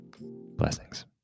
blessings